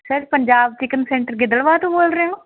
sir Punjab chicken centre Gidderbaha ਤੋਂ ਬੋਲ ਰਹੇ ਹੋ